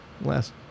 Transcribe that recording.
last